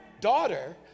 daughter